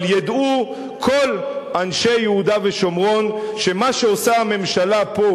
אבל ידעו כל אנשי יהודה ושומרון שמה שעושה הממשלה פה,